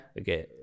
Okay